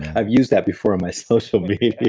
i've used that before on my social media